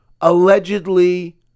allegedly